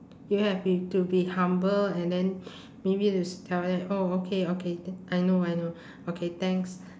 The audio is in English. you have be to be humble and then maybe just tell them oh okay okay I know I know okay thanks